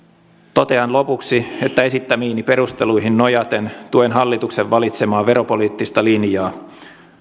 totean lopuksi että esittämiini perusteluihin nojaten tuen hallituksen valitsemaa veropoliittista linjaa